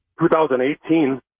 2018